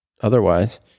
otherwise